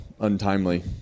untimely